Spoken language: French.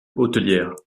hôtelière